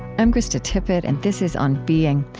i'm krista tippett and this is on being.